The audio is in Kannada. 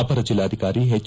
ಅಪರ ಜಿಲ್ಲಾಧಿಕಾರಿ ಹೆಚ್